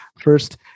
first